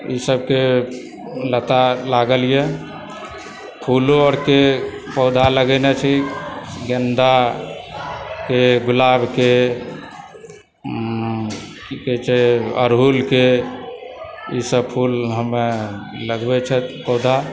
ई सभकेँ लता लागलए फुलो आओरके पौधा लगओने छी गेंदाके गुलाबके की कहय छै अरहुलके ईसभ फूल हमरा लगबै छथि पौधा